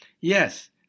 Yes